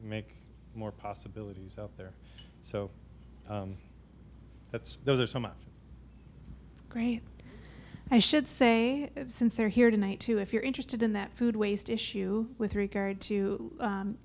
make more possibilities out there so that's those are some of the great i should say since they're here tonight too if you're interested in that food waste issue with regard to